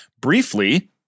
briefly